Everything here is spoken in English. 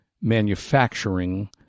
manufacturing